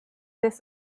this